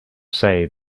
say